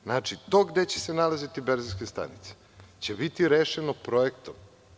Znači, to gde će se nalaziti benzinske stanice će biti rešeno projektom.